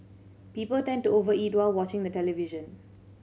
people tend to over eat while watching the television